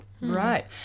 Right